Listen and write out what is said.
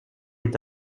est